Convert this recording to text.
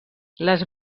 les